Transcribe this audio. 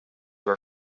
were